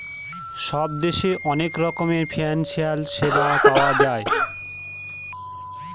সব দেশে অনেক রকমের ফিনান্সিয়াল সেবা পাওয়া যায়